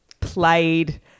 played